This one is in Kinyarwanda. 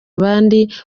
abandi